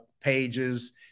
pages